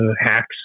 hacks